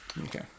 Okay